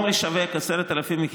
תאפשר לו,